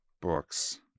books